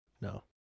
No